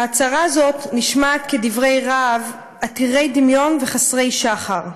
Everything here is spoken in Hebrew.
ההצהרה הזאת נשמעת כדברי רהב עתירי דמיון וחסרי שחר...